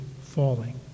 falling